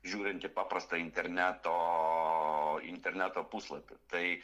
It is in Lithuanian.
žiūrint į paprastą interneto interneto puslapį tai